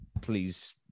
please